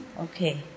Okay